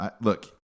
look